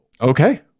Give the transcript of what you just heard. Okay